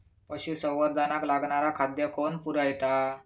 पशुसंवर्धनाक लागणारा खादय कोण पुरयता?